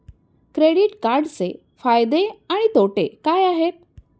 Credit कार्डचे फायदे आणि तोटे काय आहेत?